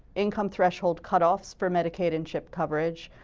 income thresholds cut off for medicaid and shift coverage.